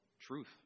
truth